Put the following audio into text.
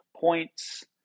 points